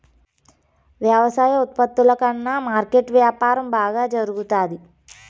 వ్యవసాయ ఉత్పత్తుల కన్నా మార్కెట్ వ్యాపారం బాగా జరుగుతాది